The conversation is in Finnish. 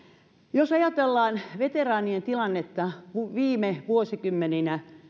jos ajatellaan veteraanien tilannetta viime vuosikymmeninä